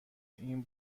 این